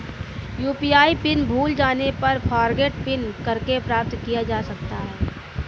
UPI pin भूल जाने पर फ़ॉरगोट पिन करके प्राप्त किया जा सकता है